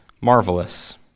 marvelous